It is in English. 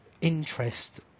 interest